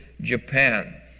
Japan